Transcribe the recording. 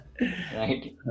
right